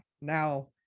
Now